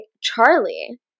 Charlie